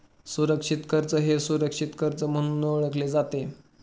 सुरक्षित कर्ज हे सुरक्षित कर्ज म्हणून ओळखले जाते